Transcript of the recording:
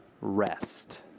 rest